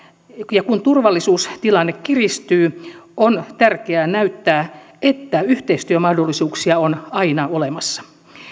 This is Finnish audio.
ja kun turvallisuustilanne kiristyy on tärkeää näyttää että yhteistyömahdollisuuksia on aina olemassa